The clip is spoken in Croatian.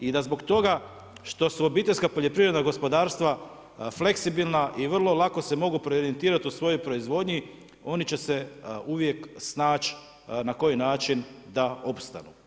I da zbog toga što su obiteljska poljoprivredna gospodarstva fleksibilna i vrlo lako se mogu preorijentirat u svojoj proizvodnji oni će se uvijek snaći na koji način da opstanu.